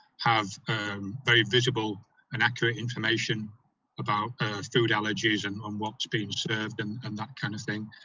have very visible and accurate information about food allergies and on what's being served and and that kind of thing.